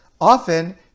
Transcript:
often